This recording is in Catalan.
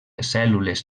cèl·lules